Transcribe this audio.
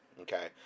okay